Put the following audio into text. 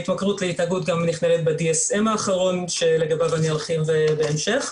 התמכרות להתנהגות גם נכללת ב-DSM האחרון שלגביו אני ארחיב בהמשך.